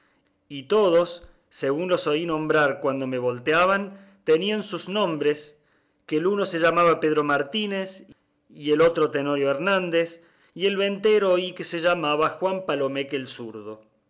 y todos según los oí nombrar cuando me volteaban tenían sus nombres que el uno se llamaba pedro martínez y el otro tenorio hernández y el ventero oí que se llamaba juan palomeque el zurdo